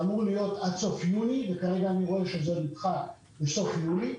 שאמור להיות עד סוף יוני וכרגע אני רואה שזה נדחה לסוף יולי.